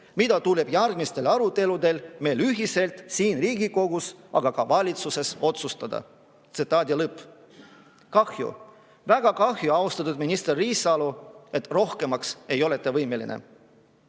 mida tuleb järgmistel aruteludel meil ühiselt siin Riigikogus, aga ka valitsuses, otsustada." (Tsitaadi lõpp.) Kahju! Väga kahju, austatud minister Riisalo, et te ei ole rohkemaks